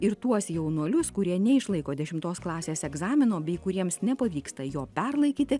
ir tuos jaunuolius kurie neišlaiko dešimtos klasės egzamino bei kuriems nepavyksta jo perlaikyti